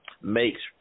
makes